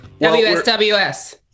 WSWS